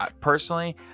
personally